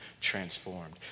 transformed